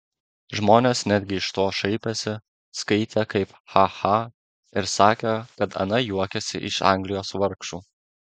žmonės netgi iš to šaipėsi skaitė kaip ha ha ir sakė kad ana juokiasi iš anglijos vargšų